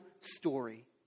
story